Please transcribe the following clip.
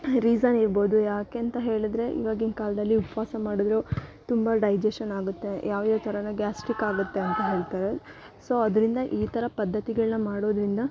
reason ಇರ್ಬೌದು ಯಾಕೆ ಅಂತ ಹೇಳಿದ್ರೆ ಇವಾಗಿನ ಕಾಲದಲ್ಲಿ ಉಪವಾಸ ಮಾಡಿದ್ರೂ ತುಂಬ ಡೈಜೆಷನ್ ಆಗುತ್ತೆ ಯಾವ್ಯಾವ ಥರಯೆಲ್ಲ ಗ್ಯಾಸ್ಟಿಕ್ಟ್ ಆಗುತ್ತೆ ಅಂತ ಹೇಳ್ತಾರೆ ಸೊ ಅದರಿಂದ ಈ ಥರ ಪದ್ದತಿಗಳನ್ನ ಮಾಡೋದರಿಂದ